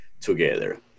together